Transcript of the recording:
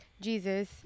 jesus